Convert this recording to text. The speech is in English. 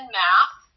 math